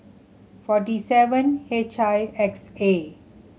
forty seven H I X A